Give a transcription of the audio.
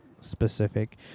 specific